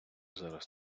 зараз